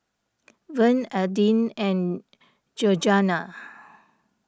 Verne Adin and Georganna